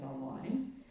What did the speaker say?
online